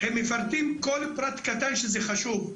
הם מפרטים כל פרט קטן שחשוב.